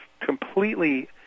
completely